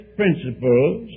principles